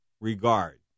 regard